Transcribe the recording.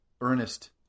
Ernest